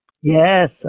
Yes